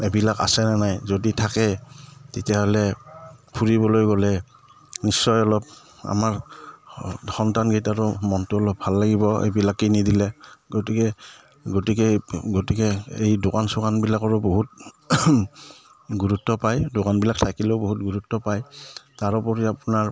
এইবিলাক আছেনে নাই যদি থাকে তেতিয়াহ'লে ফুৰিবলৈ গ'লে নিশ্চয় অলপ আমাৰ সন্তানকেইটাৰো মনটো অলপ ভাল লাগিব এইবিলাক কিনি দিলে গতিকে গতিকে গতিকে এই দোকান চোকানবিলাকৰো বহুত গুৰুত্ব পায় দোকানবিলাক থাকিলেও বহুত গুৰুত্ব পায় তাৰোপৰি আপোনাৰ